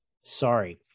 sorry